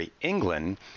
England